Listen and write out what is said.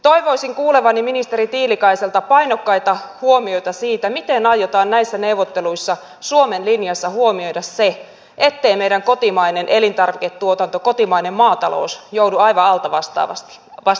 toivoisin kuulevani ministeri tiilikaiselta painokkaita huomioita siitä miten aiotaan näissä neuvotteluissa suomen linjassa huomioida se ettei meidän kotimainen elintarviketuotantomme kotimainen maataloutemme joudu aivan altavastaajaksi